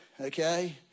okay